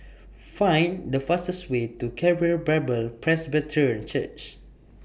Find The fastest Way to Calvary Bible Presbyterian Church